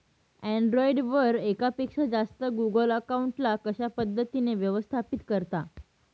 Android वर एकापेक्षा जास्त गुगल अकाउंट ला कशा पद्धतीने व्यवस्थापित करता?